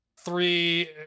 three